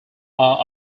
are